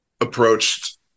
approached